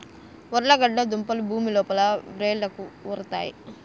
ఉర్లగడ్డ దుంపలు భూమి లోపల వ్రేళ్లకు ఉరుతాయి